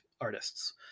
artists